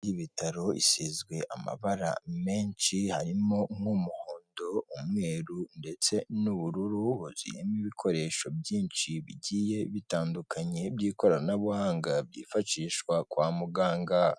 Ibitaro bisizwe amabara menshi harimo nk'umuhondo umweru ndetse n'ubururu, huzuyemo ibikoresho byinshi bigiye bitandukanye by'ikoranabuhanga byifashishwa kwa muganga.